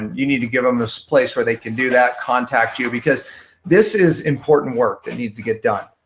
and you need to give them a place where they can do that, contact you, because this is important work that needs to get done.